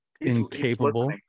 incapable